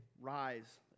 Rise